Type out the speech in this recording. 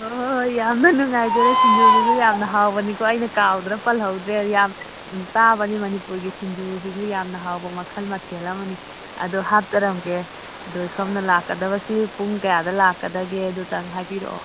ꯍꯣꯏ ꯍꯣꯏ ꯍꯣꯏ ꯌꯥꯝꯅ ꯅꯨꯡꯉꯥꯏꯖꯔꯦ ꯁꯤꯡꯖꯨꯗꯨꯁꯨ ꯌꯥꯝꯅ ꯍꯥꯎꯕꯅꯤꯀꯣ ꯑꯩꯅ ꯀꯥꯎꯗꯅ ꯄꯜꯍꯧꯗ꯭ꯔꯦ ꯌꯥꯝ ꯇꯥꯕꯅꯤ ꯃꯅꯤꯄꯨꯔꯒꯤ ꯁꯤꯡꯖꯨꯁꯤꯁꯨ ꯌꯥꯝꯅ ꯍꯥꯎꯕ ꯃꯈꯜ ꯃꯊꯦꯜ ꯑꯃꯅꯤ ꯑꯗꯨ ꯍꯥꯞꯆꯔꯝꯒꯦ ꯑꯗꯨ ꯁꯣꯝꯅ ꯂꯥꯛꯀꯗꯕꯁꯤ ꯄꯨꯡ ꯀꯌꯥꯗ ꯂꯥꯛꯀꯗꯒꯦ ꯑꯗꯨꯇꯪ ꯍꯥꯏꯕꯤꯔꯛꯑꯣ